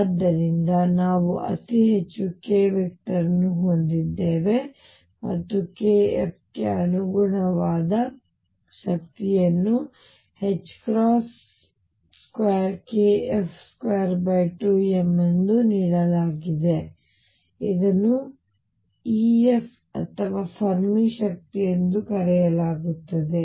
ಆದ್ದರಿಂದ ನಾವು ಅತಿ ಹೆಚ್ಚು k ವೆಕ್ಟರ್ ಅನ್ನು ಹೊಂದಿದ್ದೇವೆ ಮತ್ತು kF ಗೆ ಅನುಗುಣವಾದ ಶಕ್ತಿಯನ್ನು 2kF22m ಎಂದು ನೀಡಲಾಗಿದೆ ಇದನ್ನು F ಅಥವಾ ಫೆರ್ಮಿ ಶಕ್ತಿ ಎಂದು ಕರೆಯಲಾಗುತ್ತದೆ